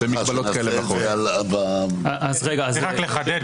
רק לחדד,